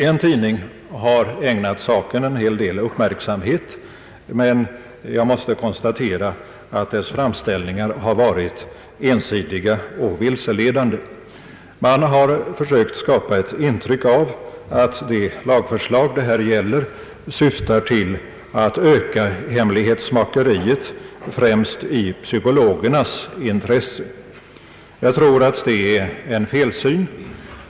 En tidning har ägnat saken en hel del uppmärksamhet, men jag måste konstatera att dess framställningar har varit ensidiga och vilseledande. Man har försökt skapa ett intryck av att det lagförslag som det här gäller syftar till att öka hemlighetsmakeriet, främst i psykologernas intresse. Jag tror att det är en felsyn.